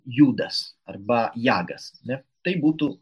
judas arba jagas ne tai būtų